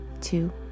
two